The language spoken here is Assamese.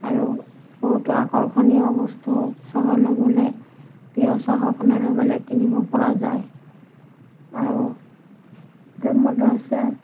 আৰু বহুতো আকৰ্ষণীয় বস্তু চহৰলৈ গ'লে প্ৰিয় চহৰখনলৈ গ'লে কিনিব পৰা যায় আৰু দুই নম্বৰটো হৈছে